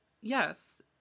Yes